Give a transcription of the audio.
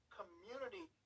community